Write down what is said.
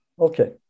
Okay